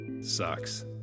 sucks